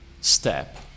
step